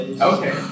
Okay